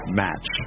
match